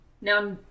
Now